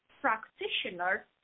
practitioner